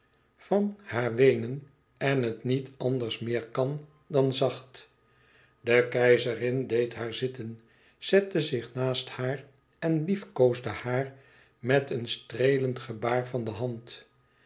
van haar weenen en het niet anders meer kan dan zacht de keizerin deed haar zitten zette zich naast haar en liefkoosde haar met een streelend gebaar van de hand